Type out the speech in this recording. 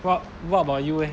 what what about you eh